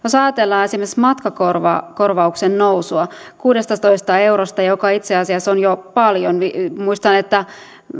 jos ajatellaan esimerkiksi matkakorvauksen nousua kuudestatoista eurosta joka itse asiassa on jo paljon muistan että